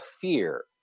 fear